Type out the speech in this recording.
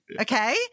Okay